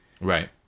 Right